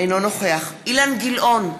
אינו נוכח אילן גילאון,